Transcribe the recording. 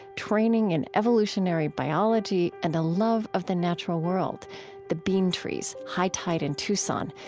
training in evolutionary biology, and a love of the natural world the bean trees, high tide in tucson,